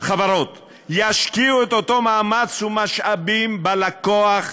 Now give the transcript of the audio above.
ישקיעו את אותו מאמץ ומשאבים בלקוח